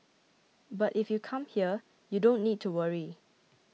but if you come here you don't need to worry